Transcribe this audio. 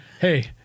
hey